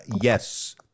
Yes